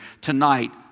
tonight